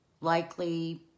likely